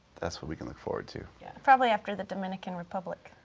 that's what we can look forward to. yeah. probably after the dominican republic.